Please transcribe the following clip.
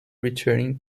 returning